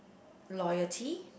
loyalty